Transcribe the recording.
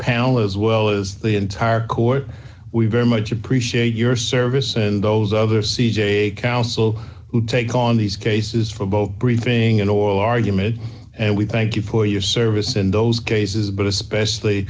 panel as well as the entire court we very much appreciate your service and those other c j counsel who take on these cases for both briefing and oral argument and we thank you for your service in those cases but especially